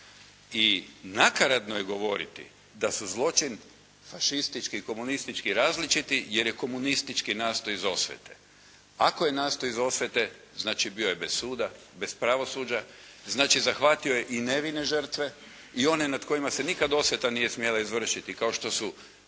I nakaradno je govoriti da su zločin fašistički i komunistički različiti, jer je komunistički nastao iz osvete. Ako je nastao iz osvete znači bio je bez suda, bez pravosuđa, znači zahvatio je i nevine žrtve i one nad kojima se osveta nije smjela izvršiti kao što su